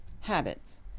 habits